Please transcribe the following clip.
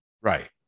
Right